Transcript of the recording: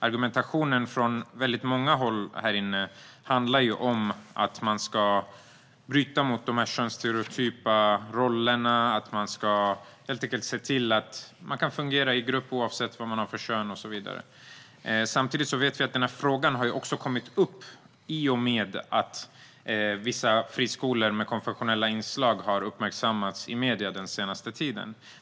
Argumentationen från många håll här inne handlar om att bryta med de könsstereotypa rollerna och se till att man kan fungera i grupp oavsett vilket kön man har och så vidare. Samtidigt vet vi att denna fråga har kommit upp i och med att vissa friskolor med konfessionella inslag har uppmärksammats i medierna den senaste tiden.